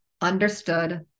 understood